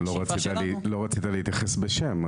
לא רצית להתייחס בשם.